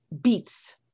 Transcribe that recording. beats